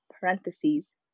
parentheses